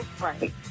Right